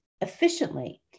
efficiently